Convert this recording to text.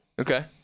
Okay